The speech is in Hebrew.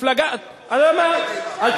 בדיוק, מה אתה